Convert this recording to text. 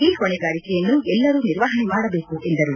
ಈ ಹೊಣೆಗಾರಿಕೆಯನ್ನು ಎಲ್ಲರೂ ನಿರ್ವಹಣೆ ಮಾಡಬೇಕು ಎಂದರು